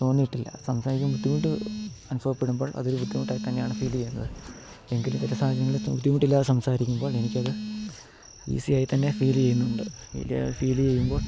തോന്നിയിട്ടില്ല സംസാരിക്കാൻ ബുദ്ധിമുട്ട് അനുഭവപ്പെടുമ്പോൾ അതൊരു ബുദ്ധിമുട്ടായി തന്നെയാണ് ഫീല് ചെയ്യുന്നത് എങ്കിലും ചില സാഹചര്യങ്ങളിൽ ബുദ്ധിമുട്ടില്ലാതെ സംസാരിക്കുമ്പോൾ എനിക്കത് ഈസിയായി തന്നെ ഫീൽ ചെയ്യുന്നുണ്ട് ഫീൽ ചെയ്യുമ്പോൾ